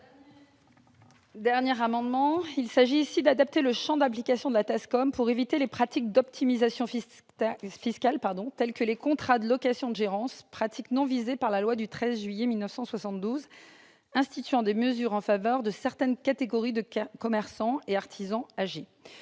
concernant la TASCOM. Il s'agit ici d'adapter le champ d'application de la TASCOM pour éviter les pratiques d'optimisation fiscale, telles que la signature de contrats de location-gérance, pratiques non visées par la loi du 13 juillet 1972 instituant des mesures en faveur de certains commerçants et artisans âgés.